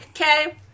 Okay